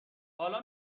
حالا